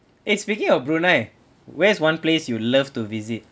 eh speaking of brunei where is one place you love to visit